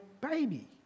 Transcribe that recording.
baby